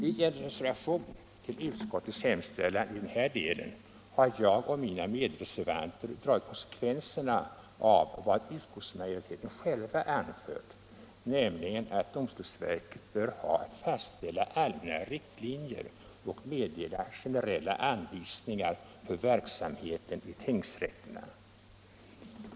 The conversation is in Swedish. I en reservation till utskottets hemställan i den här delen har jag och mina medreservanter dragit konsekvenserna av vad utskottsmajoriteten själv har anfört, nämligen att domstolsverket bör ha att fastställa allmänna riktlinjer och meddela generella anvisningar för verksamheten i tingsrätterna.